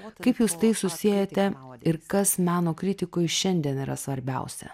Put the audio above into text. kaip jūs tai susiejate ir kas meno kritikui šiandien yra svarbiausia